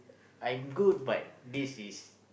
I'm good but this is